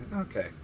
Okay